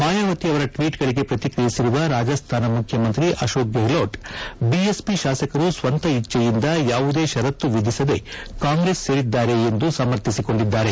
ಮಾಯಾವತಿ ಅವರ ಟ್ವೀಟ್ಗಳಿಗೆ ಪ್ರತಿಕ್ರಿಯಿಸಿರುವ ರಾಜಸ್ಥಾನ ಮುಖ್ಯಮಂತ್ರಿ ಅಶೋಕ್ ಗೆಹ್ಲೋಟ್ ಬಿಎಸ್ಪಿ ಶಾಸಕರು ಸ್ತಂತ ಇಭ್ಲೆಯಿಂದ ಯಾವುದೇ ಷರತ್ತು ವಿಧಿಸದೇ ಕಾಂಗ್ರೆಸ್ ಸೇರಿದ್ದಾರೆ ಎಂದು ಸಮರ್ಥಿಸಿಕೊಂಡಿದ್ದಾರೆ